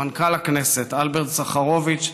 מנכ"ל הכנסת אלברט סחרוביץ,